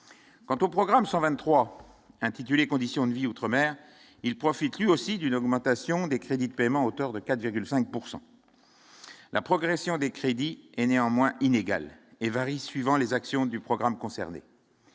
quant au programme 123 intitulé Conditions de Vie outre- mer il profite aussi d'une augmentation des crédits de paiement, auteur de 4,5 pourcent la progression des crédits et néanmoins inégale et varie suivant les actions du programme concerné.